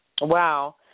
Wow